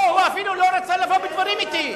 לא, הוא אפילו לא רצה לבוא בדברים אתי.